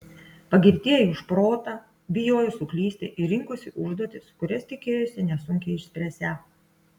pagirtieji už protą bijojo suklysti ir rinkosi užduotis kurias tikėjosi nesunkiai išspręsią